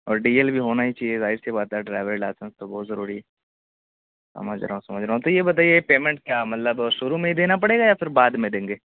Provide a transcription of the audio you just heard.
اور D L بھی ہونا ہی چاہیے ظاہر سی بات ہے ڈرائیوری لائسنس تو بہت ضروری سمجھ رہا ہوں سمجھ رہا ہوں تو یہ بتائیے یہ پیمنٹ کیا مطلب شروع میں ہی دینا پڑے گا یا پھر بعد میں دیں گے